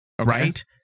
Right